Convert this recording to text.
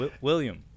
William